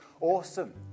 awesome